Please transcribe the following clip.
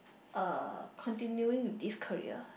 uh continuing with this career